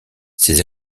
ses